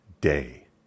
day